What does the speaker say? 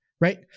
right